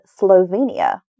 Slovenia